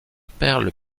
perles